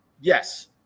yes